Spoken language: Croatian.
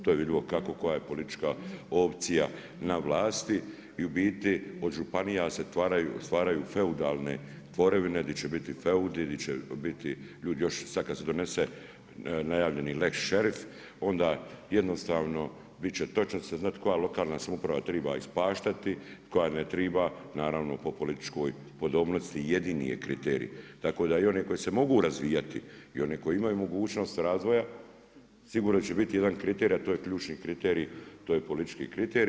To je vidljivo kako koja je politička opcija na vlasti i u biti od županija se stvaraju feudalne tvorevine gdje će biti feudi, gdje će biti sad kad se donese lex sherif, onda jednostavno bit će točno će se znati koja lokalna samouprava trebaju ispaštati, koja je trebaju, naravno po političkoj podobnosti jedini je kriterij, tako da i one koje se mogu razvijati i one koje imaju mogućnost razvoja, sigurno će biti jedan kriterij, a to je ključni kriterij, to je politički kriterij.